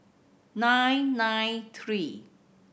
nine nine three